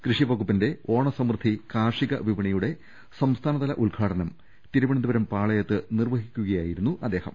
കൃഷിവകുപ്പിന്റെ ഓണസമൃദ്ധി കാർഷിക വിപണിയുടെ സംസ്ഥാ നതല ഉദ്ഘാടനം തിരുവനന്തപുരം പാളയത്ത് നിർവ്വഹിക്കുകയാ യിരുന്നു അദ്ദേഹം